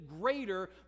greater